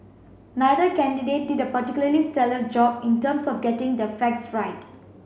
neither candidate did a particularly stellar job in terms of getting their facts right